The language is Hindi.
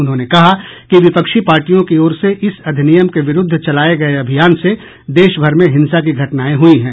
उन्होंने कहा कि विपक्षी पार्टियों की ओर से इस अधिनियम के विरूद्ध चलाए गये अभियान से देश भर में हिंसा की घटनाएं हुई है